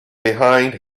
behind